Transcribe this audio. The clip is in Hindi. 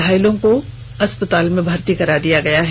घायलों को अस्पताल में भर्ती कराया गया है